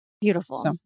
Beautiful